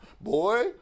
boy